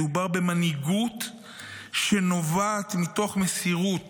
מדובר במנהיגות שנובעת מתוך מסירות